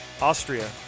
Austria